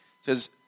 says